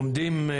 עומדים,